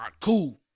Cool